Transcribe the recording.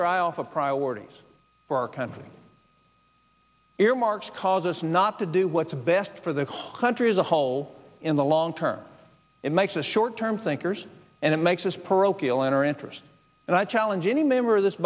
our eye off of priorities for our country earmarks cause us not to do what's best for their home country as a whole in the long term it makes the short term thinkers and it makes us parochial enter interest and i challenge any member of this